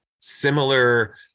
similar